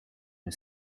est